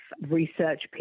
research